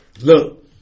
Look